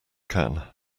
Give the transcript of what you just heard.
can